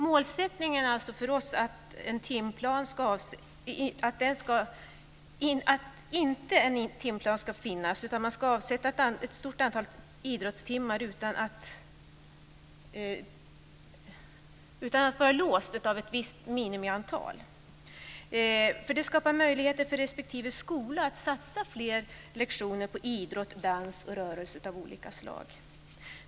Målsättningen för oss är alltså att en timplan inte ska finnas, utan man ska avsätta ett stort antal idrottstimmar utan att vara låst av ett visst minimiantal. Det skapar möjligheter för respektive skola att satsa fler lektioner på idrott, dans och rörelse av olika slag.